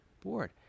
bored